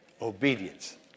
Obedience